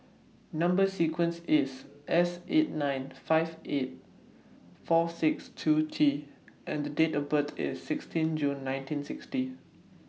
Number sequences IS S eight nine five eight four six two T and The Date of birth IS sixteen June nineteen sixty